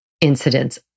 incidents